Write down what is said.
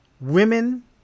women